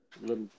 little